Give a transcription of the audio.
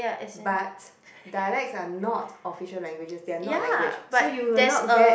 but dialects are not official languages they are not language so you will not get